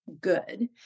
good